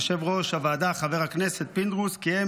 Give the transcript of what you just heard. יושב-ראש הוועדה חבר הכנסת פינדרוס קיים